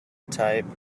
type